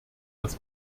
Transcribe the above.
das